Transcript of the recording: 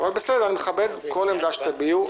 אבל בסדר, אני מכבד כל עמדה שתביעו.